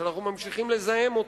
שאנחנו ממשיכים לזהם.